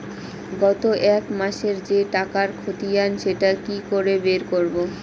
গত এক মাসের যে টাকার খতিয়ান সেটা কি করে বের করব?